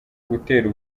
gutera